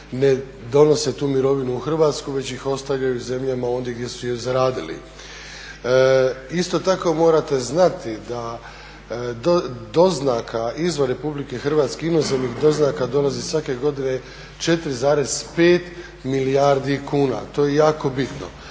ne donose tu mirovinu u Hrvatsku već ih ostavljaju zemljama ondje gdje su je zaradili. Isto tako, morate znati da doznaka izvan Republike Hrvatske, inozemnih doznaka dolazi svake godine 4,5 milijardi kuna. To je jako bitno.